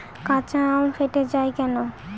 কাঁচা আম ফেটে য়ায় কেন?